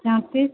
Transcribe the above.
चौंतीस